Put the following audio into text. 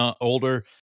older